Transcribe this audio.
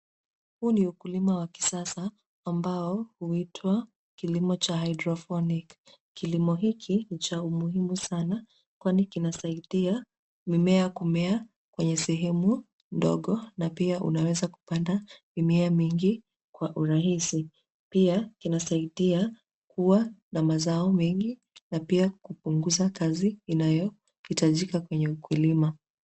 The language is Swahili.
Huu ni ukulima wa kisasa ambao huitwa kilimo cha haidroponiki. Kilimo hiki ni cha umuhimu sana kwani kinasaidia mimea kumea kwenye sehemu ndogo na pia unaweza kupanda mimea mingi kwa urahisi. Pia inasaidia kuwa na mazao mengi na pia kupunguza kazi inayohitajika kwenye ukulima.